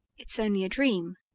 it's only a dream,